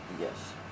Yes